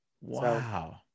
wow